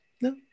no